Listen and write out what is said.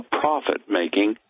profit-making